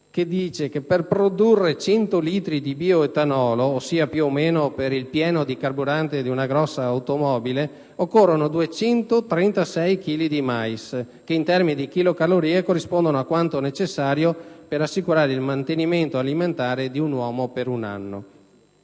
ricordare che per produrre 100 litri di bioetanolo (ossia più o meno un pieno di carburante di un'automobile di grossa cilindrata) occorrono 236 chili di mais, quantità che, in termini di chilocalorie, corrisponde a quanto necessario per assicurare il mantenimento alimentare di un uomo per un anno.